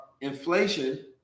inflation